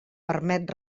permet